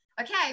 okay